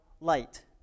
light